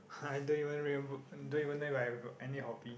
I don't even remem~ don't even know if I've any hobby